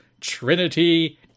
Trinity